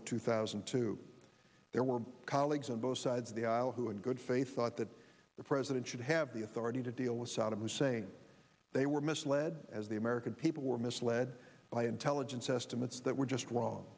of two thousand and two there were colleagues on both sides of the aisle who in good faith thought that the president should have the authority to deal with saddam hussein they were misled as the american people were misled by intelligence estimates that were just wrong